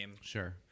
Sure